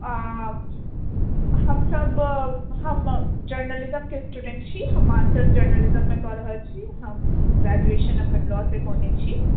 हमसब हम जर्नलिज्मके स्टूडेण्ट छी हम मास्टर्स जर्नलिज्ममे कऽ रहल छी हम ग्रैजूएशन अपन लॉ से कयने छी